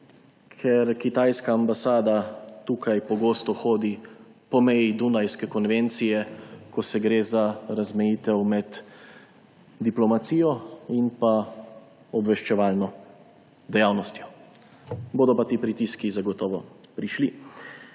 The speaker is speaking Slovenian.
ker kitajska ambasada tukaj pogosto hodi po meji Dunajske konvencije, ko gre za razmejitev med diplomacijo in obveščevalno dejavnostjo. Bodo pa ti pritiski zagotovo prišli.